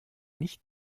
nicht